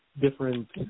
different